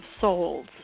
Souls